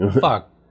fuck